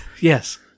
Yes